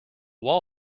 wall